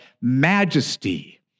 majesty